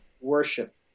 worship